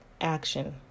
action